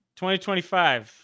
2025